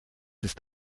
ist